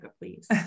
please